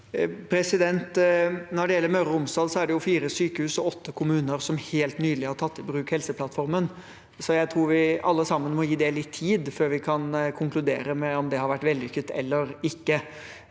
Når det gjelder Møre og Romsdal, er det fire sykehus og åtte kommuner som helt nylig har tatt i bruk Helseplattformen. Jeg tror vi alle sammen må gi det litt tid før vi kan konkludere med om det har vært vellykket eller ikke.